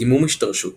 דימום השתרשות